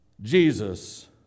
Jesus